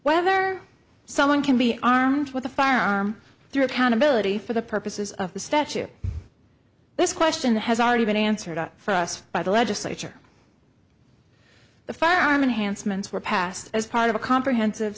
whether someone can be armed with a firearm through accountability for the purposes of the statute this question has already been answered for us by the legislature the firearm enhanced ment's were passed as part of a comprehensive